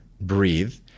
breathe